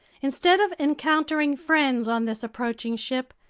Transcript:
instead of encountering friends on this approaching ship,